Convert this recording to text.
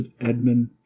Edmund